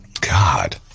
God